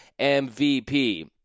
MVP